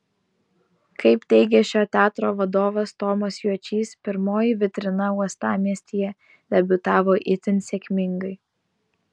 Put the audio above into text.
kaip teigė šio teatro vadovas tomas juočys pirmoji vitrina uostamiestyje debiutavo itin sėkmingai